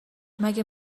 مگه